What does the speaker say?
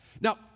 Now